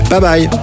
Bye-bye